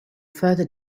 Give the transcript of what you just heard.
further